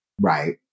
Right